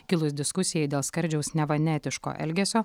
kilus diskusijai dėl skardžiaus neva neetiško elgesio